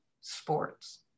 sports